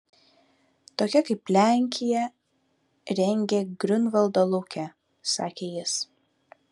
tokia kaip lenkija rengia griunvaldo lauke sakė jis